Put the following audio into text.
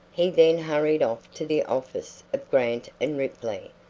he then hurried off to the office of grant and ripley.